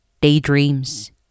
daydreams